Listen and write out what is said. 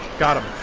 got him.